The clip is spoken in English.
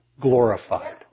glorified